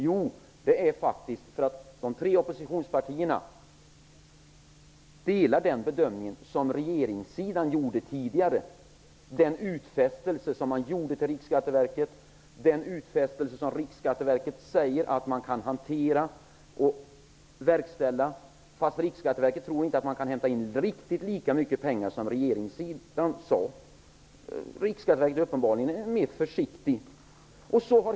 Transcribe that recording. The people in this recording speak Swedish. Jo, därför att de tre oppositionspartierna delar den uppfattning som regeringssidan hade tidigare i sin utfästelse till Riksskatteverket. Riksskatteverket säger att man kan hantera dessa medel. Men Riksskatteverket tror inte att man kan hämta in riktigt lika mycket pengar som regeringssidan tror. På Riksskatteverket är man uppenbarligen mer försiktig.